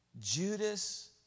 Judas